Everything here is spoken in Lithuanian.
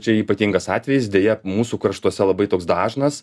čia ypatingas atvejis deja mūsų kraštuose labai toks dažnas